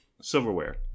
silverware